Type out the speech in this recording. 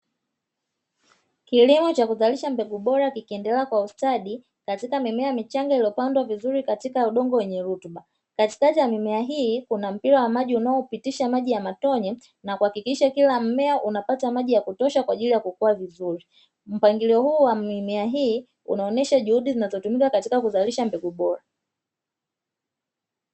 Kilimo cha kuzalisha mbegu bora kikiendelea kwa ustadi katika mimea michanga iliyopandwa vizuri katika udongo wenye rutuba, katikati ya mimea hii kuna mpira wa maji unaopitisha maji ya matone na kuhakikisha kila mmea unapata maji ya kutosha kwa ajili ya kukua vizuri, mpangilio huu wa mimea hii unaonesha juhudi zinazotumika katika kuzalisha mbegu bora.